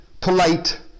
polite